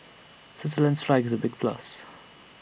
Switzerland's flag is A big plus